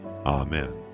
Amen